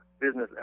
business